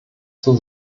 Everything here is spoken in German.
zur